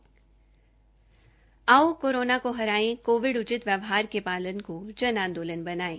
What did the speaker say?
आओ कोरोना को हराए कोविड उचित व्यवहार के पालन को जन आंदोलन बनायें